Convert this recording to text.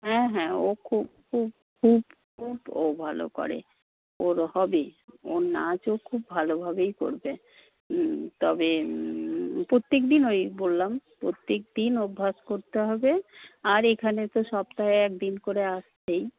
হ্যাঁ হ্যাঁ ও খুব খুব খুব খুব ও ভালো করে ওর হবে ওর নাচও খুব ভালো ভাবেই করবে তবে প্রত্যেকদিন ওই বললাম প্রত্যেকদিন অভ্যাস করতে হবে আর এখানে তো সপ্তাহে একদিন করে আসছেই